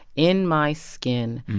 in my skin,